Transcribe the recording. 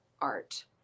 art